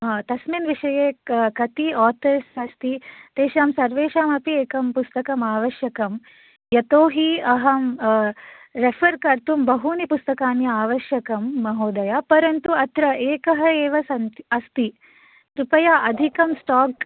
हां तस्मिन् विषये कति आथर्स् अस्ति तेषां सर्वेषामपि एकं पुस्तकम् आवश्यकं यतोहि अहम् अ रेफर् कर्तुं बहूनि पुस्तकानि आवश्यकं महोदया परन्तु अत्र एक एव सन्ति अस्ति कृपया अधिकं स्टाक्